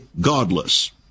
godless